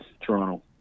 Toronto